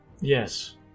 Yes